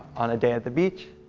on a day at the beach.